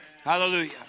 Hallelujah